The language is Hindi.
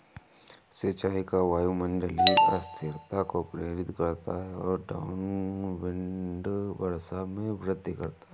सिंचाई का वायुमंडलीय अस्थिरता को प्रेरित करता है और डाउनविंड वर्षा में वृद्धि करता है